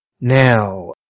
Now